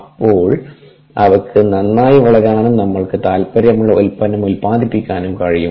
അപ്പോൾ അവക്ക് നന്നായി വളരാനും നമ്മൾക്ക് താൽപ്പര്യമുള്ള ഉൽപ്പന്നം ഉൽപാദിപ്പിക്കാനും കഴിയും